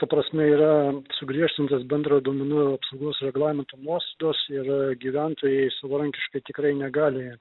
ta prasme yra sugriežtintos bendro duomenų apsaugos reglamento nuostos ir gyventojai savarankiškai tikrai negali